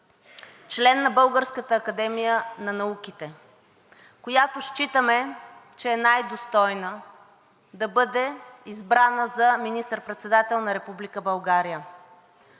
член на Българската академия на науките, която считаме, че е най-достойна да бъде избран за министър-председател на Република България.